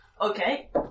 Okay